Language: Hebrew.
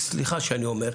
סליחה שאני אומר,